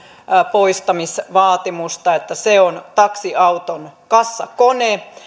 poistamisvaatimusta että se on taksiauton kassakone